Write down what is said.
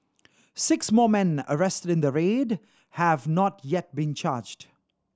six more men arrested in the raid have not yet been charged